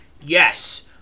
yes